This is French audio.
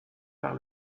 par